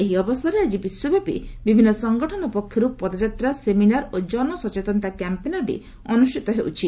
ଏହି ଅବସରରେ ଆଜି ବିଶ୍ୱବ୍ୟାପୀ ବିଭିନ୍ନ ସଂଗଠନ ପକ୍ଷରୁ ପଦଯାତ୍ରା ସେମିନାର୍ ଓ ଜନସଚେନତା କ୍ୟାମ୍ପେନ୍ ଆଦି ଅନୁଷ୍ଠିତ ହେଉଛି